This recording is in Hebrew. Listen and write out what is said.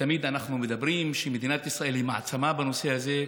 תמיד אנחנו מדברים שמדינת ישראל היא מעצמה בנושא הזה,